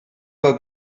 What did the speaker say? fel